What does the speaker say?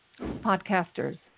podcasters